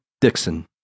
Dixon